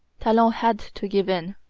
talon had to give in.